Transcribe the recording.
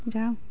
যাওঁ